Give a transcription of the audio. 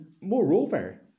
moreover